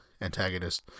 antagonist